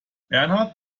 bernhard